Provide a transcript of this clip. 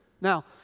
Now